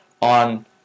on